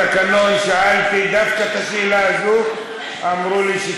התקנון, שאלתי דווקא את השאלה הזאת, אמרו לי שכן.